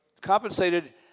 compensated